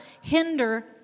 hinder